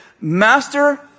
Master